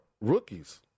rookies